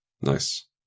Nice